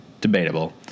debatable